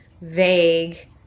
vague